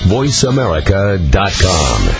VoiceAmerica.com